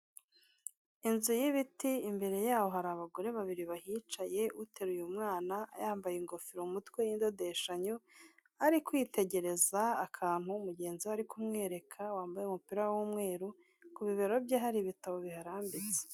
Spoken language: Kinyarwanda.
Inzu y'ibiti, imbere yaho hari abagore babiri bahicaye, uteruye mwana yambaye ingofero mutwe y'indodeshanyo, ari kwitegereza akantu mugenzi we ari kumwereka wambaye umupira w'umweru, ku bibero bye hari ibitabo biharambitse.